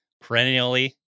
perennially